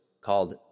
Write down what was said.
called